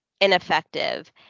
ineffective